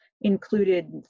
included